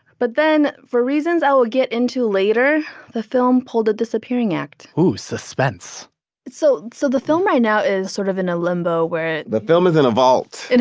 but then for reasons i will get into later, the film pulled a disappearing act ooh, suspense so so the film right now is sort of in a limbo where. the film is in a vault.